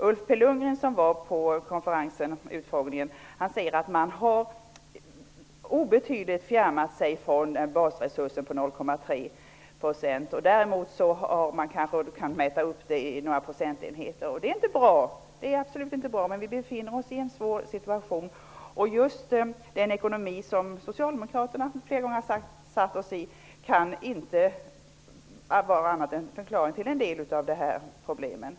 Ulf P Lundgren, som var med på utfrågningen, säger att man har obetydligt fjärmat sig från basresurser på 0,3 %. Man kanske kan mäta upp det i några procentenheter. Det är absolut inte bra. Men vi befinner oss i en svår situation. En förklaring till en del av dessa problem kan inte vara något annat än den ekonomi som socialdemokraterna satt oss i, som det flera gånger sagts.